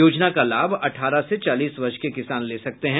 योजना का लाभ अठारह से चालीस वर्ष के किसान ले सकते हैं